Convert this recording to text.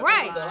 Right